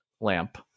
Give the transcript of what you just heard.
lamp